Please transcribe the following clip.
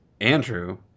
Andrew